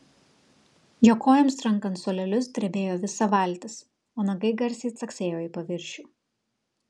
jo kojoms trankant suolelius drebėjo visa valtis o nagai garsiai caksėjo į paviršių